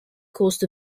coast